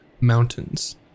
mountains